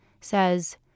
says